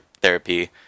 Therapy